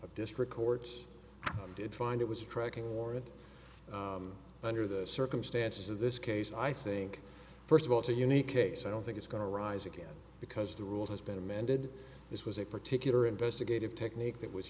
of district courts did find it was a tracking warrant under the circumstances of this case i think first of all it's a unique case i don't think it's going to rise again because the rule has been amended this was a particular investigative technique that was